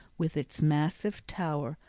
with its massive tower,